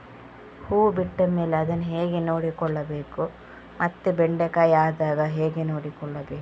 ಹೂ ಬಿಟ್ಟ ಮೇಲೆ ಅದನ್ನು ಹೇಗೆ ನೋಡಿಕೊಳ್ಳಬೇಕು ಮತ್ತೆ ಬೆಂಡೆ ಕಾಯಿ ಆದಾಗ ಹೇಗೆ ನೋಡಿಕೊಳ್ಳಬೇಕು?